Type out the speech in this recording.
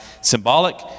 symbolic